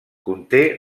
conté